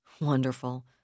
Wonderful